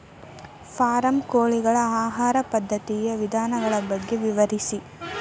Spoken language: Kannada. ಫಾರಂ ಕೋಳಿಗಳ ಆಹಾರ ಪದ್ಧತಿಯ ವಿಧಾನಗಳ ಬಗ್ಗೆ ವಿವರಿಸಿ